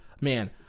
man